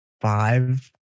five